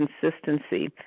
consistency